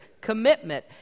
commitment